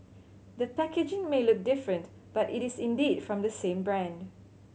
the packaging may look different but it is indeed from the same brand